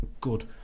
good